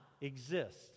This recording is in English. exist